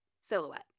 silhouette